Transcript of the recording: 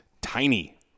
tiny